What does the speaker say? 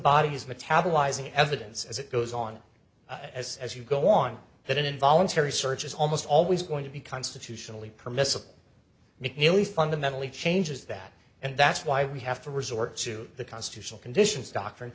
bodies metabolizing evidence as it goes on as as you go on that involuntary search is almost always going to be constitutionally permissible mcneely fundamentally changes that and that's why we have to resort to the constitutional conditions doctrine